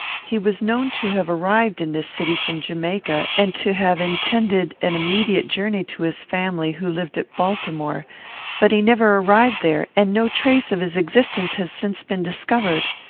he was known to have arrived in this city from jamaica, and to have intended an immediate journey to his family, who lived at baltimore but he never arrived there, and no trace of his existence has since been discovered.